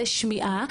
לשמיעה,